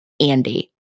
Andy